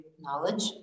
knowledge